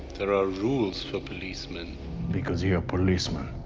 there are rules for policemen because you're a policeman